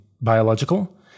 biological